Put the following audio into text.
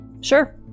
sure